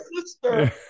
sister